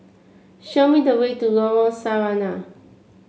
show me the way to Lorong Sarina